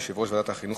יושב-ראש ועדת החינוך,